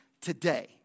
today